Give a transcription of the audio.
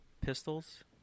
pistols